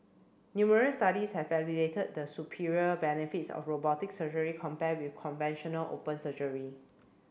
numerous studies have validated the superior benefits of robotic surgery compared with conventional open surgery